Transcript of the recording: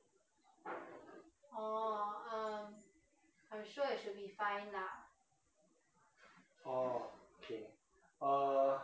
orh K